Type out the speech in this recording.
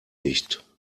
nicht